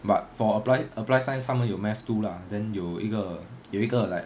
but for applied applied science 他们有 math two lah then 有一个有一个 like